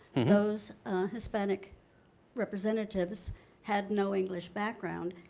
those hispanic representatives had no english background,